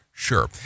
sure